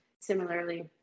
similarly